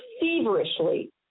feverishly